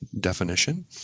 definition